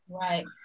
Right